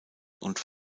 und